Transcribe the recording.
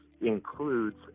includes